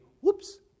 whoops